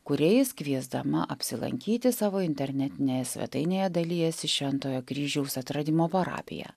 kuriais kviesdama apsilankyti savo internetinėje svetainėje dalijasi šventojo kryžiaus atradimo parapija